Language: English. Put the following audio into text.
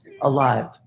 alive